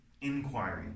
inquiry